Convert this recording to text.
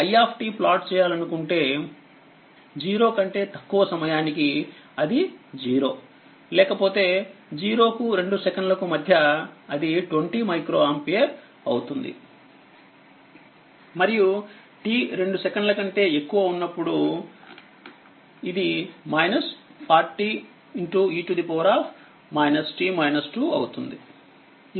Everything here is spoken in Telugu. కాబట్టిఇదిvమరియుi ప్లాట్ చేయాలనుకుంటే 0 కంటే తక్కువసమయానికిఅది0లేకపోతే 0కు2 సెకన్లకు మధ్యఅది 20 మైక్రో ఆంపియర్ అవుతుందిమరియు t 2 సెకన్ల కంటే ఎక్కువ ఉన్నప్పుడు ఇది 40 e అవుతుంది